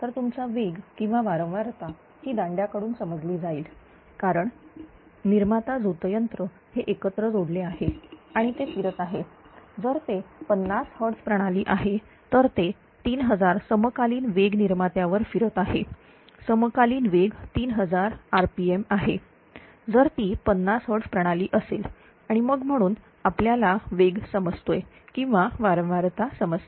तर तुमचा वेग किंवा वारंवारता ही दांड्या कडून समजली जाईल कारण पण निर्माता झोतयंत्र हे एकत्र जोडले आहे आणि ते फिरत आहे जर ते 50 Hz प्रणाली आहे तर ते 3000 समकालीन वेग निर्मात्या वर फिरत आहे समकालीन वेग 3000 rpm आहे जर ती 50 Hz प्रणाली असेल आणि मग म्हणून आपल्याला वेग समजतोय किंवा वारंवारता समजते